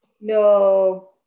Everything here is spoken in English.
No